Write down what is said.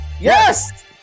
yes